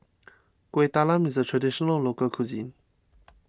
Kueh Talam is a Traditional Local Cuisine